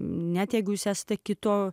net jeigu jūs esate kito